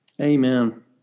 Amen